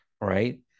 right